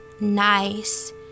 nice